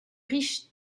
riche